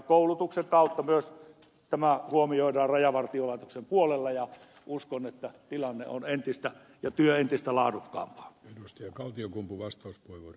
koulutuksen kautta myös tämä huomioidaan rajavartiolaitoksen puolella ja uskon että tilanne ja työ on entistä laadukkaampaa